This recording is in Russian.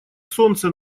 солнце